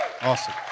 Awesome